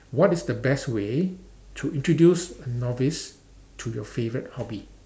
what is the best way to introduce a novice to your favorite hobby